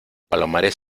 palomares